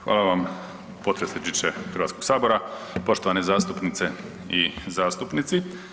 Hvala vam potpredsjedniče Hrvatskog sabora, poštovane zastupnice i zastupnici.